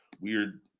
weird